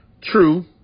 True